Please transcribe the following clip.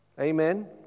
Amen